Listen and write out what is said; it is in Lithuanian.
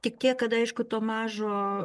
tik tiek kad aišku to mažo